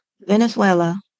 Venezuela